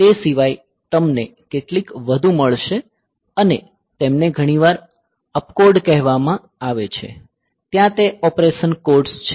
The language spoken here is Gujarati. તે સિવાય તમને કેટલીક વધુ મળશે અને તેમને ઘણી વાર અપકોડ કહેવામાં આવે છે ત્યાં તે ઓપરેશન કોડ્સ છે